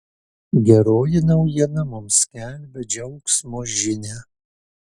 geroji naujiena mums skelbia džiaugsmo žinią